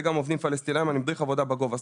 ואני גם מדריך עבודה בגובה לעובדים פלסטינאים.